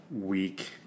week